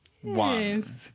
one